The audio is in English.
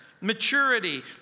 maturity